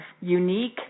unique